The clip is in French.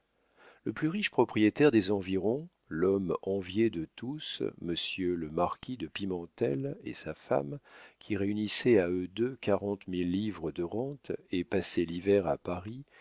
le plus riche propriétaire des environs l'homme envié de tous monsieur le marquis de pimentel et sa femme qui réunissaient à eux deux quarante mille livres de rente et passaient l'hiver à paris